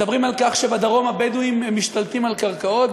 מדברים על כך שבדרום הבדואים משתלטים על קרקעות,